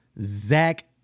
Zach